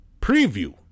preview